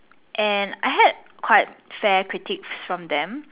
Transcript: and I had quite fair critics from them